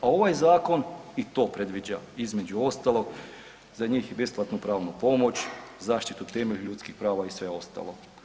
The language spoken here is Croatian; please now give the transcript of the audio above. A ovaj zakon i to predviđa između ostalog, za njih i besplatnu pravnu pomoć, zaštitu, temelj ljudskih prava i sve ostalo.